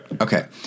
Okay